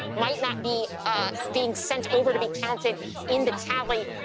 might not be being sent over to be counted in the tally,